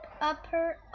upper